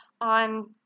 on